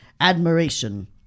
Admiration